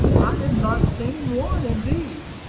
i have not seen one indeed,